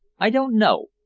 i don't know